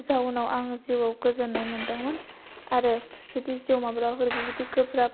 जाउनाव आङो जिउवाव गोजोन्नाय मोन्दोंमोन आरो जुदि जिवाव माब्लाबाफोर बेबायदि गोब्राब